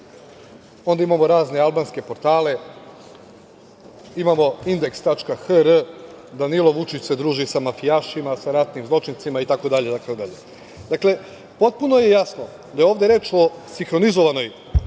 onda imamo razne albanske portale, imamo „Indeks.hr“ – Danilo Vučić se druži sa mafijašima, sa ratnim zločincima itd. Dakle, potpuno je jasno da je ovde reč o sinhronizovanoj